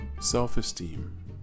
Self-esteem